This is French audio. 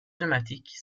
pneumatiques